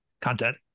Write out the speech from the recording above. content